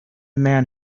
man